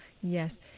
Yes